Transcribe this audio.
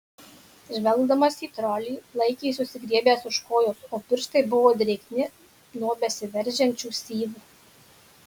žvelgdamas į trolį laikė susigriebęs už kojos o pirštai buvo drėgni nuo besiveržiančių syvų